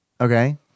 Okay